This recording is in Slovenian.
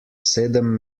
sedem